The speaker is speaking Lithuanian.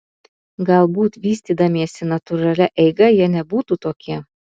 galbūt vystydamiesi natūralia eiga jie nebūtų tokie